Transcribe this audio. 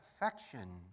affection